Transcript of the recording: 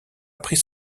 pris